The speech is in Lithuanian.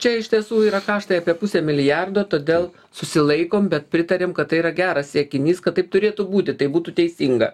čia iš tiesų yra karštai apie pusę milijardo todėl susilaikom bet pritariam kad tai yra geras siekinys kad taip turėtų būti tai būtų teisinga